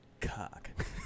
cock